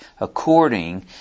according